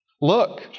Look